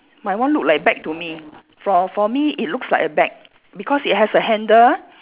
mine one look like bag to me for for me it looks like a bag because it has a handle